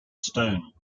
stone